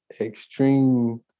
extreme